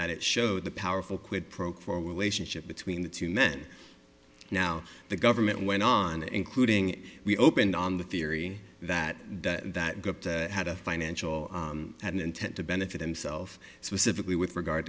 that it showed the powerful quid pro quo lation ship between the two men now the government went on including we opened on the theory that that group had a financial had an intent to benefit himself specifically with regard